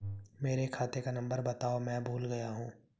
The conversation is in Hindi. मेरे खाते का नंबर बताओ मैं भूल गया हूं